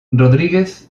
rodríguez